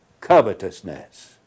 covetousness